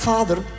Father